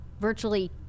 virtually